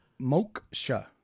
Moksha